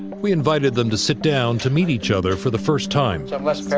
we invited them to sit down to meet each other for the first time. um les